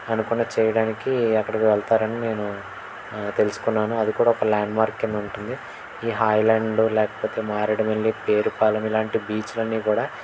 అనుకుంది చెయ్యడానికి అక్కడికి వెళ్తారని నేను తెలుసుకున్నాను అది కూడా ఒక ల్యాండ్మార్క్ క్రింద ఉంటుంది ఈ హాయ్లాండ్ లేకపోతే మారేడుమిల్లి పేరుపాలెం ఇలాంటి బీచ్లన్నీ కూడా